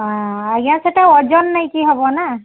ହଁ ଆଜ୍ଞା ସେଇଟା ଓଜନ ନେଇକି ହେବ ନା